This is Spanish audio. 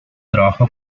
trabajo